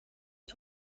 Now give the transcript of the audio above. wie